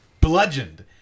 bludgeoned